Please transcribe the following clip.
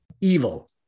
evil